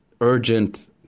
urgent